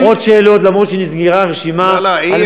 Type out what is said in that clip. עוד שאלות, גם אם נסגרה הרשימה, לא לא, אי-אפשר.